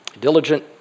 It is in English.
diligent